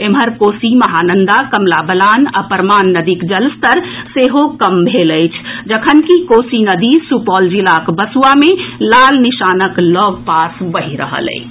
एम्हर कोसी महानंदा कमला बलान आ परमान नदीक जलस्तर सेहो कम भेल अछि जखनकि कोसी नदी सुपौल जिलाक बसुआ मे लाल निशानक लऽग पास बहि रहल अछि